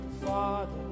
father